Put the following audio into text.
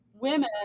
women